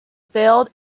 failed